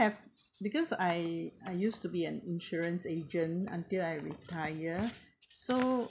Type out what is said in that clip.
~ave because I I used to be an insurance agent until I retire so